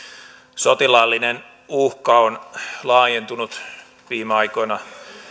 sotilaallinen uhka on laajentunut viime aikoina